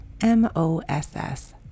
M-O-S-S